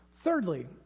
Thirdly